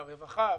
הרווחה,